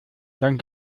dann